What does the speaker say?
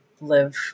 live